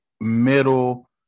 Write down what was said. middle